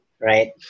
Right